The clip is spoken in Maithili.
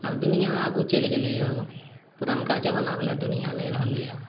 आब दुनियाँ आगू चलि गेलैए पुरनका जबाना बला दुनियाँ नहि रहलैए